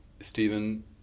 Stephen